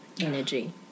energy